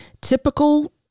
typical